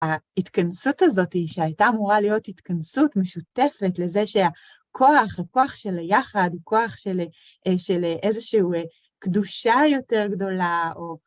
ההתכנסות הזאת היא שהייתה אמורה להיות התכנסות משותפת לזה שהכוח, הכוח של היחד הוא כוח של איזשהו קדושה יותר גדולה או...